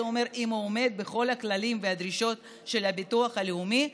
זה אומר שהוא עומד בכל הכללים והדרישות של הביטוח הלאומי,